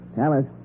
Alice